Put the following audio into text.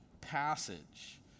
passage